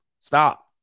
Stop